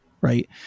right